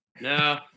No